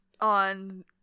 on